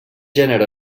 gènere